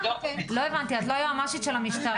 את לא היועצת המשפטית של המשטרה?